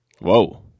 Whoa